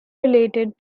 related